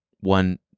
one